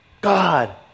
God